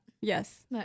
Yes